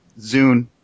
Zune